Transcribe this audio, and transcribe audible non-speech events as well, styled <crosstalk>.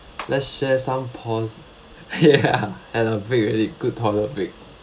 let's share some pos~ <laughs> ya had a break already good toilet break